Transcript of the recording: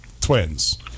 twins